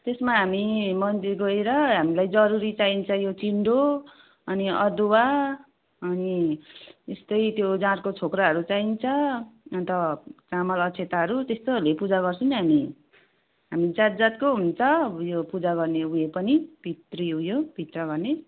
त्यसमा हामी मन्दिर गएर हमीलाई जरुरी चाहिन्छ यो चिन्डो अनि अदुवा अनि यस्तै त्यो जाँडको छोक्राहरू चाहिन्छ अन्त चामल अक्षताहरू त्यस्तोहरूले पूजा गर्छौँ नि हामी हामी जात जातको हुन्छ उयो पूजा गर्ने उयो पनि पितृ उयो पित्र गर्ने